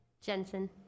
Jensen